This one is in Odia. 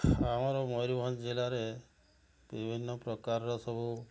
ଆମର ମୟୂରଭଞ୍ଜ ଜିଲ୍ଲାରେ ବିଭିନ୍ନ ପ୍ରକାରର ସବୁ